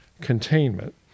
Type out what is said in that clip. containment